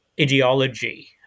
ideology